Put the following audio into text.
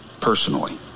personally